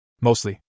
Mostly